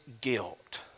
guilt